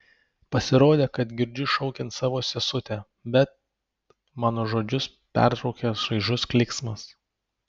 pasirodė kad girdžiu šaukiant savo sesutę bet mano žodžius pertraukia šaižus klyksmas